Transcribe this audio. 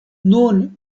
nun